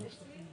תנמקי אותן.